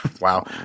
wow